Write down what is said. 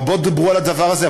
רבות דובר על הדבר הזה,